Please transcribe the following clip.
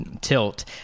tilt